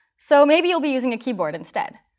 so maybe you'll be using a keyboard instead.